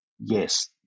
yes